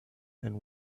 and